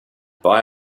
buy